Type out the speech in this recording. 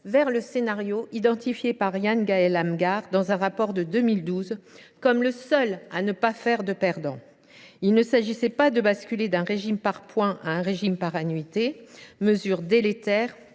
vers le scénario identifié par Yann Gaël Amghar, dans un rapport de 2012, comme le seul à ne pas faire de perdants. Il ne s’agissait pas de basculer d’un régime par points à un régime par annuités, mesure délétère